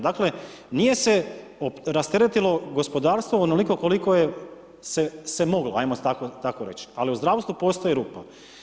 Dakle, nije se rasteretilo gospodarstvo onoliko koliko je se moglo, ajmo tako reć, ali u zdravstvu postoji rupa.